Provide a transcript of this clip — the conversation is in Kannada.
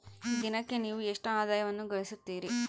ದಿನಕ್ಕೆ ನೇವು ಎಷ್ಟು ಆದಾಯವನ್ನು ಗಳಿಸುತ್ತೇರಿ?